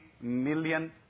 million